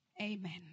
Amen